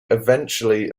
eventually